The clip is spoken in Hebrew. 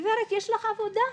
גב', יש לך עבודה?